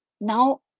Now